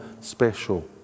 special